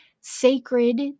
sacred